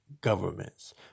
governments